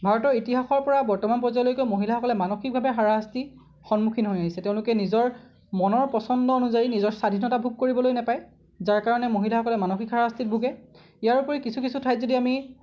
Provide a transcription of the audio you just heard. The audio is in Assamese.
ভাৰতৰ ইতিহাসৰ পৰা বৰ্তমান পৰ্যায়লৈকে মহিলাসকলে মানসিকভাবে হাৰাশাস্তিৰ সন্মুখীন হৈ আহিছে তেওঁলোকে নিজৰ মনৰ পছন্দ অনুযায়ী নিজৰ স্বাধীনতা ভোগ কৰিবলৈ নাপায় যাৰ কাৰণে মহিলাসকলে মানসিক হাৰাশাস্তিত ভোগে ইয়াৰ উপৰি কিছু কিছু ঠাইত যদি আমি